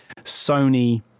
Sony